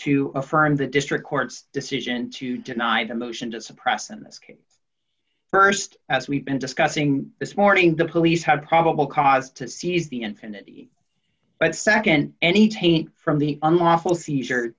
to affirm the district court's decision to deny the motion to suppress in this case st as we've been discussing this morning the police have probable cause to seize the infinity but nd any taint from the unlawful seizure